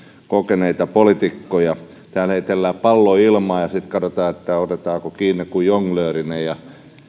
kokeneita politiikkoja täällä heitellään pallo ilmaan ja sitten katsotaan otetaanko kiinni kuin jonglööri ja